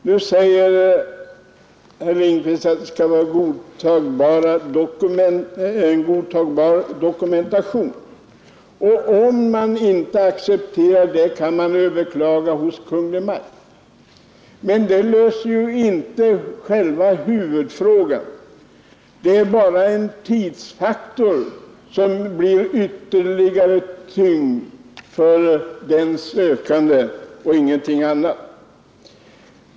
Nu säger herr Lindkvist att det skall vara en godtagbar dokumentation för avslag på en ansökan om vapenfri tjänst och om man inte accepterar det kan man överklaga hos Kungl. Maj:t. Men detta löser ju inte själva huvudfrågan. Det innebär bara en tidsutdräkt som blir ytterligare tyngande för den sökande — ingenting annat.